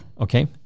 Okay